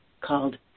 called